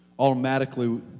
Automatically